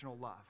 love